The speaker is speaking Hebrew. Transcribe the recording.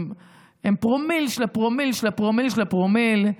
הם פרומיל של הפרומיל של הפרומיל של הפרומיל.